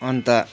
अन्त